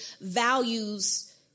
values